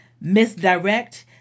misdirect